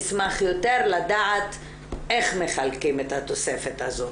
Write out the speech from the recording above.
אשמח יותר לדעת איך מחלקים את התוספת הזו.